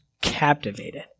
captivated